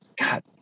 god